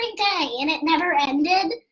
and and it never ended.